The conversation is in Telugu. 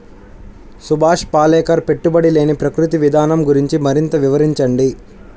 సుభాష్ పాలేకర్ పెట్టుబడి లేని ప్రకృతి విధానం గురించి మరింత వివరించండి